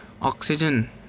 oxygen